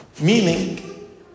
Meaning